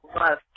love